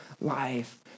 life